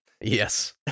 Yes